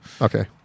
Okay